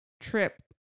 trip